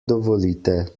dovolite